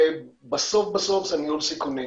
ובסוף בסוף זה ניהול סיכונים.